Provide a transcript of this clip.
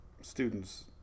students